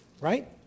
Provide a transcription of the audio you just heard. Right